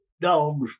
dogs